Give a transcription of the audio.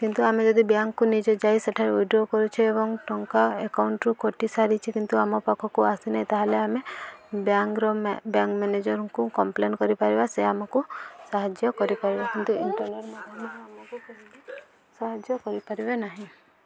କିନ୍ତୁ ଆମେ ଯଦି ବ୍ୟାଙ୍କକୁ ନିଜେ ଯାଇ ସେଠାରେ ୱିଡ୍ର କରୁଛେ ଏବଂ ଟଙ୍କା ଆକାଉଣ୍ଟରୁୁ କଟି ସାରିଛି କିନ୍ତୁ ଆମ ପାଖକୁ ଆସିନାହିଁ ତାହେଲେ ଆମେ ବ୍ୟାଙ୍କର ବ୍ୟାଙ୍କ ମ୍ୟାନେଜରଙ୍କୁ କମ୍ପ୍ଲେନ୍ କରିପାରିବା ସେ ଆମକୁ ସାହାଯ୍ୟ କରିପାରିବା କିନ୍ତୁ ଇଣ୍ଟର୍ନେଟ୍ ମାଧ୍ୟମରେ ଆମକୁ କେହି ବି ସାହାଯ୍ୟ କରିପାରିବେ ନାହିଁ